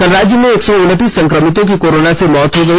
कल राज्य में एक सौ उनतीस संक्रमितों की कोरोना से मौत हो गई